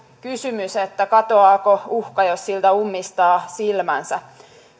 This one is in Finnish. kysymys katoaako uhka jos siltä ummistaa silmänsä